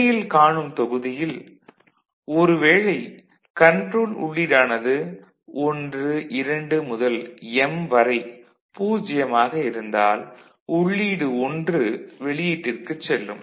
திரையில் காணும் தொகுதியில் ஒரு வேளை கன்ட்ரோல் உள்ளீடானது 1 2 முதல் m வரை 0 ஆக இருந்தால் உள்ளீடு 1 வெளியீட்டிற்கு செல்லும்